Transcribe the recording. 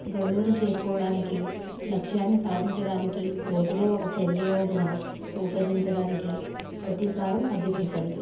గడువును చేరుకోవడానికి లక్ష్యాన్ని సాధించడానికి రోజులో ఒక చర్య యోజన రూపొందించడానికి ప్రతీసారం అభ్యసించండి